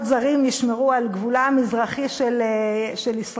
זרים ישמרו על גבולה המזרחי של ישראל,